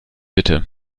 bitte